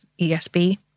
ESB